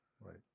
Right